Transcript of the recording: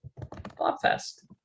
Blobfest